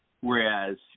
whereas